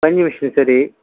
பஞ்சு மிஷினு சரி